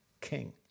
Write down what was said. king